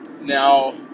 Now